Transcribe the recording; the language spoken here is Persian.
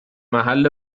محل